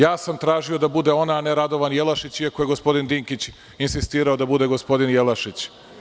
Ja sam tražio da bude ona a ne Radovan Jelašić iako je gospodin Dinkić insistirao da bude gospodin Jelašić.